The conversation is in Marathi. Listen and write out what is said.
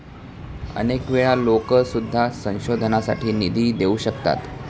अनेक वेळा लोकं सुद्धा संशोधनासाठी निधी देऊ शकतात